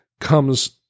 comes